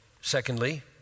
secondly